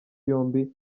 yombi